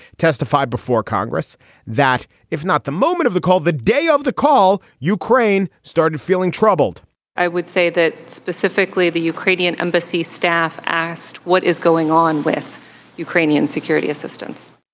testified before congress that if not the moment of the cold, the day of the call, ukraine started feeling troubled i would say that specifically the ukrainian embassy staff asked what is going on with ukrainian security assistance,